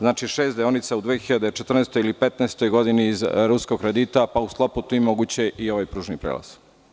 Znači, šest deonica u 2014. ili 2015. godini iz ruskog kredita, pa u sklopu tih je moguć ovaj pružni prelaz.